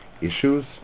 issues